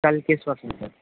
کل کس وقت میں سر